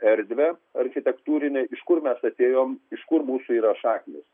erdvę architektūrinę iš kur mes atėjom iš kur mūsų yra šaknys